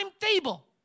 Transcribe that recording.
timetable